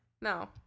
No